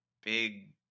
big